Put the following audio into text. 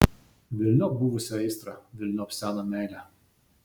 velniop buvusią aistrą velniop seną meilę